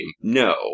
No